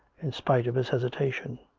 in spite of his hesitation.